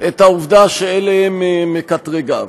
את העובדה שאלה הם מקטרגיו.